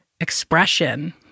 expression